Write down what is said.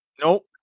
Nope